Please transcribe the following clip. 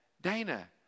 Dana